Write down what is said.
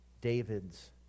David's